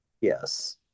Yes